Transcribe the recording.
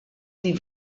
die